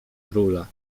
króla